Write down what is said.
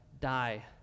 die